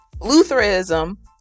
Lutheranism